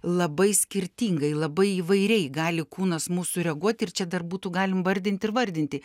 labai skirtingai labai įvairiai gali kūnas mūsų reaguoti ir čia dar būtų galim vardinti ir vardinti